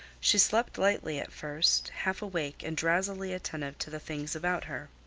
she slept lightly at first, half awake and drowsily attentive to the things about her.